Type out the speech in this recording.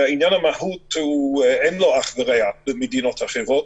עניין המהות, אין לו אח ורע במדינות אחרות.